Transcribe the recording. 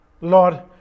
Lord